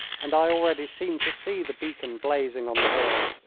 and i already seemed to see the beacon blazing on the hill.